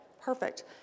perfect